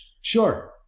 Sure